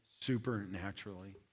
supernaturally